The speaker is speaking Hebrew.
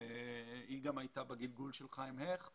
היא גם הייתה בגלגול של חיים הכט